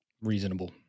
Reasonable